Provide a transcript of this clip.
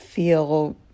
feel